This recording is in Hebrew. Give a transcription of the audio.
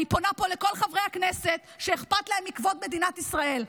אני פונה פה לכל חברי הכנסת שאכפת להם מכבוד מדינת ישראל: